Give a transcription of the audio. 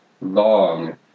long